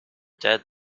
dead